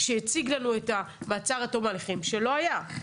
שהציג לנו את המעצר עד תום ההליכים שלא היה,